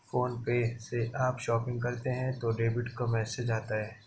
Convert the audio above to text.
phone पे से आप शॉपिंग करते हो तो डेबिट का मैसेज आता है